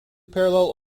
parallel